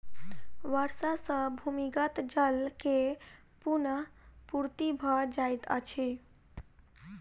वर्षा सॅ भूमिगत जल के पुनःपूर्ति भ जाइत अछि